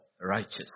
righteous